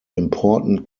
important